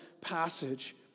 passage